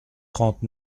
trente